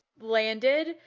landed